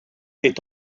est